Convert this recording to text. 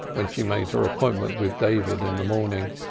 when she made her appointment with david in the morning,